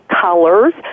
colors